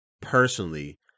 personally